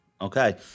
Okay